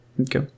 Okay